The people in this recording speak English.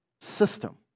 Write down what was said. system